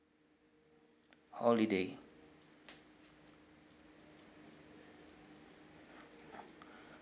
holiday